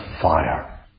fire